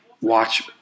Watch